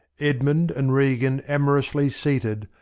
edmund and regan amorously seated,